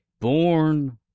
born